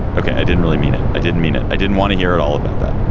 ok. i didn't really mean it. i didn't mean it. i didn't want to hear at all about that.